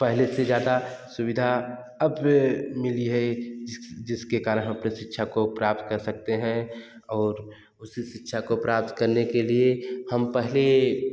पहले से ज़्यादा सुविधा अब मिली है जिसके करण हम अपनी शिक्षा को प्राप्त कर सकते हैं और उसी शिक्षा को प्राप्त करने के लिए हम पहले